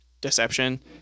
deception